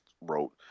wrote